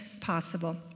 possible